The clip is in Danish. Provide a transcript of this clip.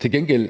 Til gengæld